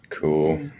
Cool